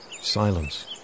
Silence